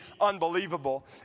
unbelievable